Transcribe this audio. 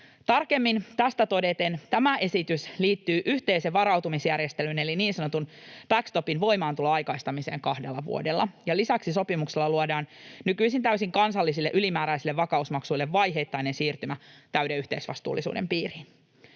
Tarkemmin todeten tämä esitys liittyy yhteisen varautumisjärjestelyn eli niin sanotun backstopin voimaantulon aikaistamiseen kahdella vuodella. Ja lisäksi sopimuksella luodaan nykyisin täysin kansallisille ylimääräisille vakausmaksuille vaiheittainen siirtymä täyden yhteisvastuullisuuden piiriin.